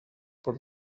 per